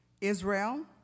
Israel